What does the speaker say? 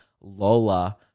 Lola